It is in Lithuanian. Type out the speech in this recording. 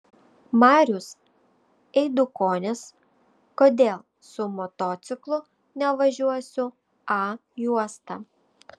marius eidukonis kodėl su motociklu nevažiuosiu a juosta